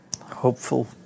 Hopeful